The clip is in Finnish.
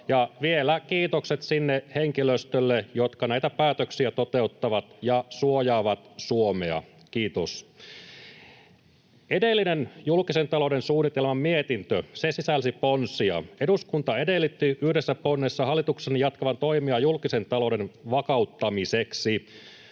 vielä kiitokset sille henkilöstölle, joka näitä päätöksiä toteuttaa ja suojaa Suomea — kiitos. Edellinen julkisen talouden suunnitelman mietintö sisälsi ponsia. Eduskunta edellytti yhdessä ponnessa hallituksen jatkavan toimia julkisen talouden vakauttamiseksi.